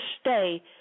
stay